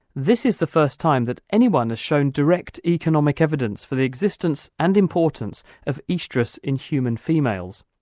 this is the first time that anyone has shown direct economic evidence for the existence and importance of oestrus in human females.